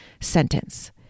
sentence